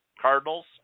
Cardinals